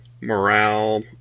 morale